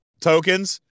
tokens